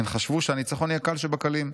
"הן חשבו שהניצחון יהיה קל שבקלים,